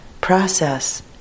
process